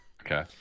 Okay